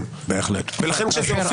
עניין החקיקה זה לא עניין הכי